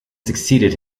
succeeded